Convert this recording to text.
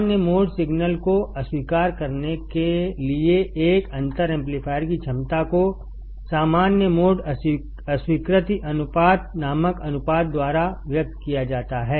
सामान्य mode signal को अस्वीकार करने के लिए एक अंतर एम्पलीफायर की क्षमता को सामान्य मोड अस्वीकृति अनुपात नामक अनुपात द्वारा व्यक्त किया जाता है